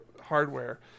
hardware